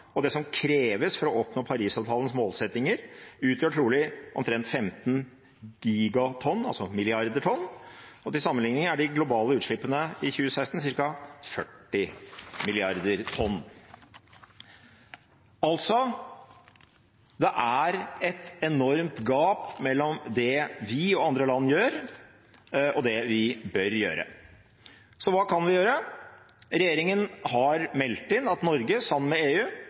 og det som kreves for å oppnå Parisavtalens målsettinger, utgjør trolig omtrent 15 gigatonn, altså milliarder tonn. Til sammenligning er de globale utslippene i 2016 ca. 40 milliarder tonn. Det er altså et enormt gap mellom det vi og andre land gjør, og det vi bør gjøre. Så hva kan vi gjøre? Regjeringen har meldt inn at Norge, sammen med EU,